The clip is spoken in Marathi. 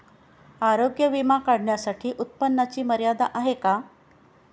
आरोग्य विमा काढण्यासाठी उत्पन्नाची मर्यादा आहे का?